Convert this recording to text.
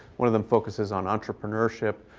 one of them focuses on entrepreneurship.